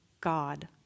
God